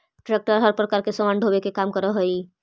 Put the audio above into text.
tractor हर प्रकार के सामान ढोवे के काम करऽ हई